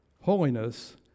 holiness